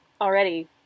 already